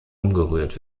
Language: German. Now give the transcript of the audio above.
umgerührt